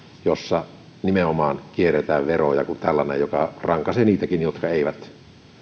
joissa nimenomaan kierretään veroja kuin tällainen joka rankaisee niitäkin jotka eivät